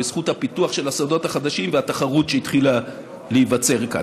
בזכות הפיתוח של השדות החדשים והתחרות שהתחילה להיווצר כאן.